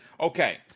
Okay